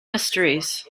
mysteries